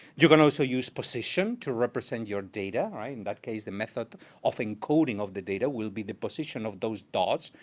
you can also use position to represent your data. in and that case, the method of encoding of the data will be the position of those dots,